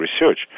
research